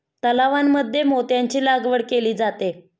तलावांमध्ये मोत्यांची लागवड केली जाते